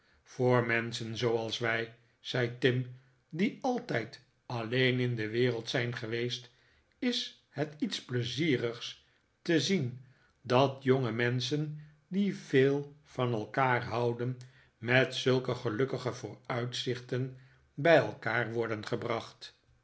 voor menschen zooals wij zei tim die altijd alleen in de wereld zijn geweest is het iets pleizierigs te zien dat jonge menschen die veel van elkaar houden met zulke gelukkige vooruitzichten bij elkaar worden gebracht